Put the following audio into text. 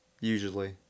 Usually